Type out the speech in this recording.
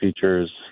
features